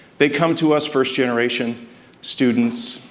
they come to us, first-generation students,